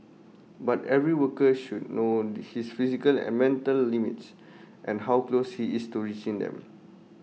but every worker should know his physical and mental limits and how close he is to reaching them